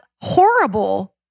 horrible